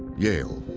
yale.